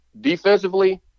Defensively